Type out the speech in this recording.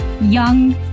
young